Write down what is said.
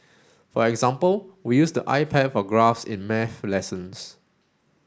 for example we use the iPad for graphs in maths lessons